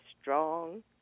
strong